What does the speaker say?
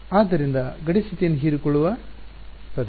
ಆದ್ದರಿಂದ ಗಡಿ ಸ್ಥಿತಿಯನ್ನು ಹೀರಿಕೊಳ್ಳುವ ಪದ